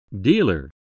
Dealer